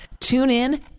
TuneIn